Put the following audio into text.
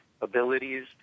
abilities